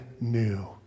new